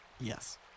Yes